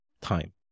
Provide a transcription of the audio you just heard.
time